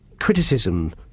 criticism